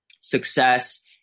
success